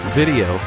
video